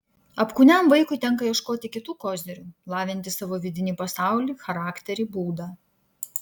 apkūniam vaikui tenka ieškoti kitų kozirių lavinti savo vidinį pasaulį charakterį būdą